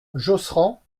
josserand